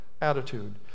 attitude